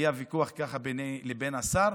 היה ויכוח ביני לבין השר.